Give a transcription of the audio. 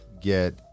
get